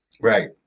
Right